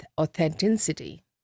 authenticity